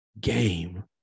game